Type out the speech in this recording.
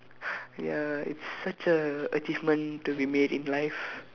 ya it's such a achievement to be made in life